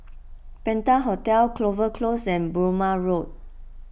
Penta Hotel Clover Close and Burmah Road